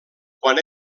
quan